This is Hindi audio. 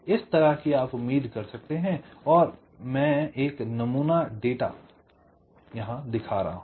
इस तरह की आप उम्मीद कर सकते हैं और मैं एक नमूना डेटा यहां दिखा रहा हूं